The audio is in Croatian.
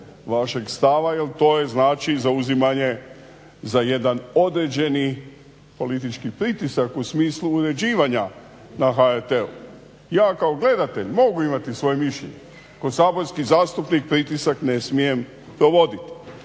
vašeg stava jer to je znači zauzimanje za jedan određeni politički pritisak u smislu uređivanja na HRT-u. Ja kao gledatelj mogu imati svoje mišljenje, kao saborski zastupnik pritisak ne smijem provoditi,